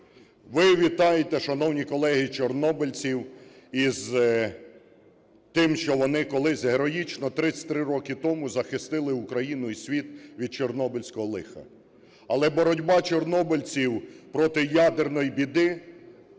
Ви вітаєте, шановні колеги, чорнобильців із тим, що вони колись героїчно, 33 роки тому, захистили Україну і світ від чорнобильського лиха. Але боротьба чорнобильців проти ядерної біди